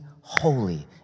holy